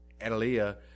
Adelia